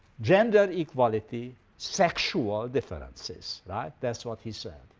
gender equality, sexual differences like that's what he said.